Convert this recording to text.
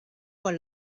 con